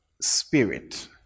spirit